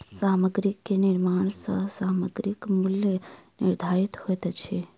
सामग्री के निर्माण सॅ सामग्रीक मूल्य निर्धारित होइत अछि